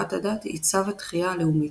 שמירת הדת היא צו התחייה הלאומית.